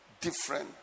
different